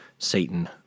Satan